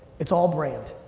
it's all brand.